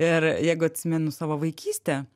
ir jeigu atsimenu savo vaikystę